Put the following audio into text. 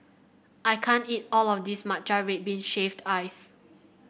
I can't eat all of this Matcha Red Bean Shaved Ice